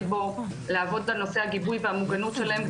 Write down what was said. לעסוק בנושא הגיבוי והמוגנות שלהם,